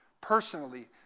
personally